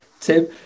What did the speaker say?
Tim